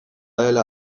dela